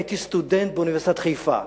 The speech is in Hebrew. הייתי סטודנט באוניברסיטת חיפה,